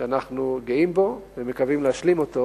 שאנחנו גאים בו ומקווים להשלים אותו